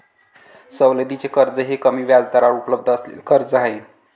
सवलतीचे कर्ज हे कमी व्याजदरावर उपलब्ध असलेले कर्ज आहे